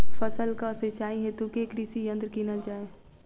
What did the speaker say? फसलक सिंचाई हेतु केँ कृषि यंत्र कीनल जाए?